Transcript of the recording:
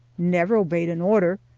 never obeyed an order,